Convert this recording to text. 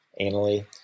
anally